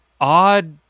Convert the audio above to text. odd